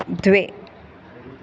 द्वे